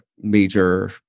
major